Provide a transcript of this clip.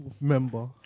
member